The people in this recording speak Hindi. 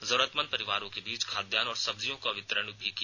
जरूरतमंद परिवारों के बीच खाद्यान्न और सब्जियों का वितरण भी किया